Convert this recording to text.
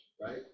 right